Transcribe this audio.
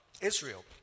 Israel